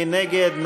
מי נגד?